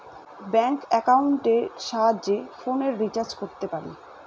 bank একাউন্টের সাহায্যে ফোনের রিচার্জ করতে পারি